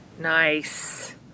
Nice